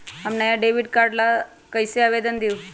हम नया debit card ला कईसे आवेदन दिउ?